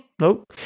nope